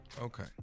Okay